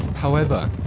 however,